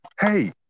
Hey